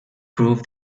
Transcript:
prove